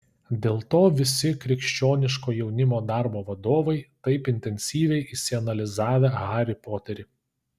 dėl to visi krikščioniško jaunimo darbo vadovai taip intensyviai išsianalizavę harį poterį